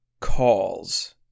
calls